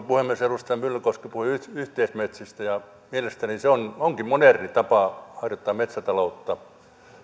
puhemies edustaja myllykoski puhui yhteismetsistä mielestäni se onkin moderni tapa harjoittaa metsätaloutta